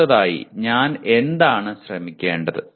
അടുത്തതായി ഞാൻ എന്താണ് ശ്രമിക്കേണ്ടത്